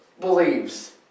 believes